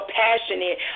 passionate